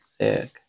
sick